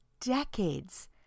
decades